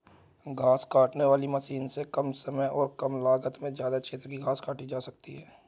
घास काटने वाली मशीन से कम समय और कम लागत में ज्यदा क्षेत्र की घास काटी जा सकती है